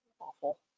awful